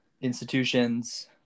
institutions